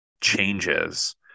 changes